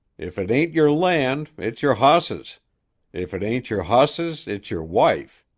if it ain't yer land, it's yer hosses if it ain't yer hosses, it's yer wife.